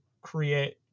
create